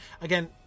Again